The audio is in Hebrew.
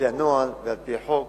על-פי הנוהל ועל-פי חוק,